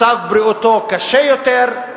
מצב בריאותו קשה יותר,